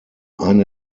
eine